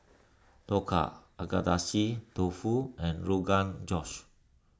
Dhokla Agedashi Dofu and Rogan Josh